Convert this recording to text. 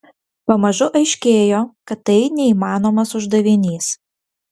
pamažu aiškėjo kad tai neįmanomas uždavinys